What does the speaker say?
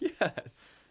Yes